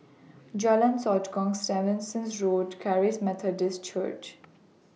Jalan Sotong Stevens Road Charis Methodist Church